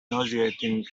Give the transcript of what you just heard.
nauseating